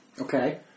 Okay